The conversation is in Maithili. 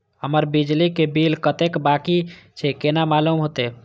हमर बिजली के बिल कतेक बाकी छे केना मालूम होते?